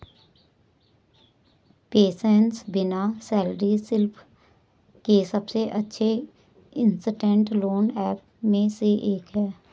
PaySense बिना salary slip के सबसे अच्छे इंस्टेंट लोन ऐप में से एक है